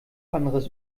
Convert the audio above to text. anderes